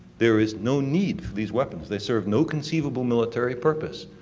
there is no need for these weapons. they serve no conceivable military purpose.